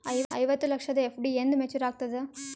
ಐವತ್ತು ಲಕ್ಷದ ಎಫ್.ಡಿ ಎಂದ ಮೇಚುರ್ ಆಗತದ?